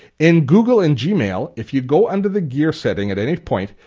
in google and gmail, if you go under the gear setting at any point,